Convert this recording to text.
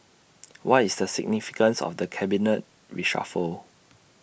what is the significance of the cabinet reshuffle